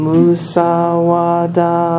Musawada